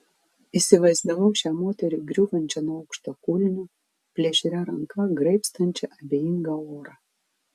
įsivaizdavau šią moterį griūvančią nuo aukštakulnių plėšria ranka graibstančią abejingą orą